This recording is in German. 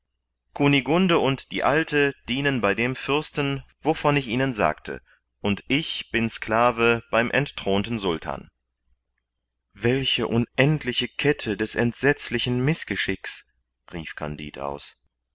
kunigunde und die alte dienen bei dem fürsten wovon ich ihnen sagte und ich bin sklave beim entthronten sultan welche unendliche kette des entsetzlichsten mißgeschicks rief kandid aus